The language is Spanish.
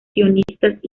sionistas